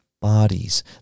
bodies